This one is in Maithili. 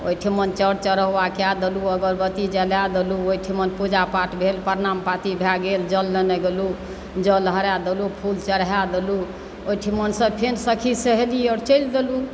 ओहिठिमन चढ़ चढ़ौवा कए देलहुँ अगरबत्ती जलाए देलहुँ ओहिठिमन पूजा पाठ भेल प्रणाम पाति भए गेल जल लेने गेलहुँ जल हराए देलहुँ फूल चढ़ाए देलहुँ ओहिठिमनसँ फेर सखी सहेली आओर चलि गेलहुँ